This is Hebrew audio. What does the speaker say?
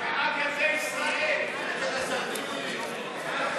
אתה שר החינוך.